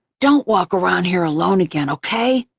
don't walk around here alone again, okay?